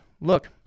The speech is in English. Look